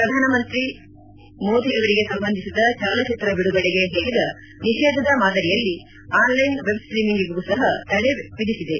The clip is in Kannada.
ಪ್ರಧಾನಮಂತ್ರಿ ಮೋದಿ ಅವರಿಗೆ ಸಂಬಂಧಿಸಿದ ಚಲನಚಿತ್ರ ಬಿಡುಗಡೆಗೆ ಹೇರಿದ ನಿಷೇಧದ ಮಾದರಿಯಲ್ಲಿ ಆನ್ಲೈನ್ ವೆಬ್ಸ್ಲೀಮಿಂಗೂ ಸಹ ತಡೆ ವಿಧಿಸಿದೆ